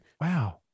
Wow